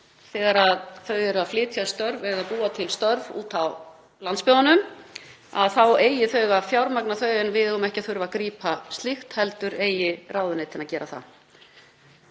þegar þau eru að flytja störf eða búa til störf í landsbyggðunum, að þá eigi þau að fjármagna þau. Við eigum ekki að þurfa að grípa slíkt heldur eigi ráðuneytin að gera það.